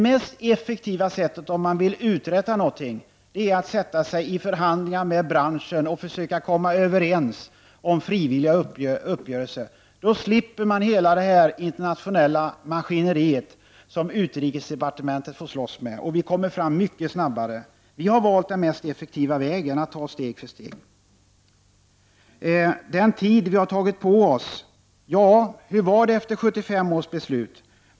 Det effektivaste sättet om man vill uträtta någonting är att sätta sig ned och förhandla med branschen för att komma överens om frivilliga uppgörelser. Då slipper man hela det internationella maskineriet, som utrikesdepartementet får slåss med. Vi kommer fram mycket snabbare. För vår del har vi valt den mest effektiva vägen, nämligen att ta steg för steg. Den tid som vi tar på oss — ja, hur var det efter 1975 års beslut?